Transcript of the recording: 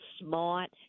smart